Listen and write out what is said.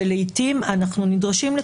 ולשם כך אנחנו נדרשים,